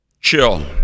chill